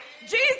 Jesus